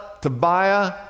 Tobiah